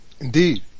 Indeed